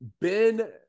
Ben